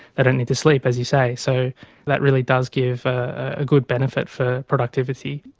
they don't need to sleep, as you say. so that really does give a good benefit for productivity.